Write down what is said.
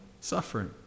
suffering